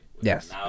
Yes